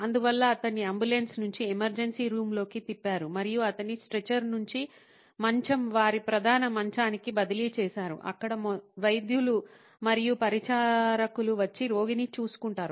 అందువల్ల అతన్ని అంబులెన్స్ నుంచి ఎమర్జెన్సీ రూమ్ లోకి తిప్పారు మరియు అతన్ని స్ట్రెచర్ నుంచి మంచం వారి ప్రధాన మంచానికి బదిలీ చేశారు అక్కడ వైద్యులు మరియు పరిచారకులు వచ్చి రోగిని చూసుకుంటారు